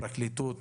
הפרקליטות,